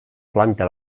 planta